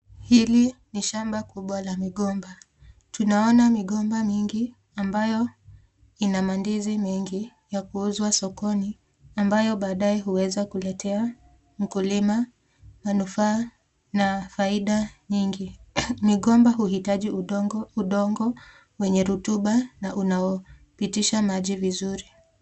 Hili ni shamba kubwa la migomba. Tunaona migomba mingi ambayo ina mandizi mingi ya kuuzwa sokoni, ambayo baadaye huweza kuletea mkulima manufaa na faida nyingi. Migomba huhitaji udongo wenye rutuba na unaopitisha maji vizuri.